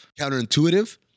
counterintuitive